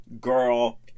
girl